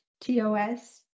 TOS